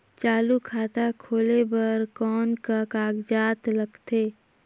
चालू खाता खोले बर कौन का कागजात लगथे?